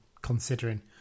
considering